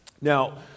Now